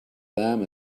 them